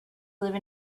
live